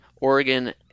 Oregon